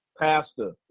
pastor